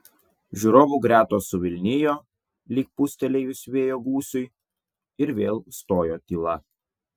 žiūrovų gretos suvilnijo lyg pūstelėjus vėjo gūsiui ir vėl stojo tyla